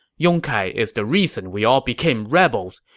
yong kai is the reason we all became rebels.